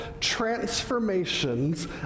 transformations